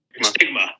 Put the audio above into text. stigma